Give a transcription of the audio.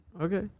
Okay